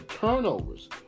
turnovers